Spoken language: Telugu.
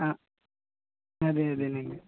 అదే అదేనండి